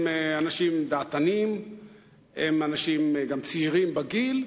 הם אנשים דעתנים, הם גם צעירים בגיל,